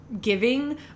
giving